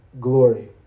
glory